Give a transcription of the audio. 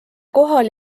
kohal